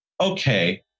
okay